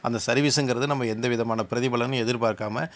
அந்த சர்வீஸ்ங்கிறது நம்ம எந்தவிதமான பிரதிபலனும் எதிர்பார்க்காமல்